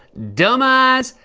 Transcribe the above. dumb eyes,